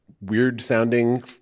weird-sounding